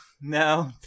no